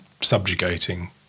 subjugating